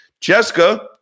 Jessica